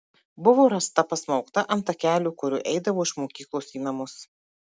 buvo rasta pasmaugta ant takelio kuriuo eidavo iš mokyklos į namus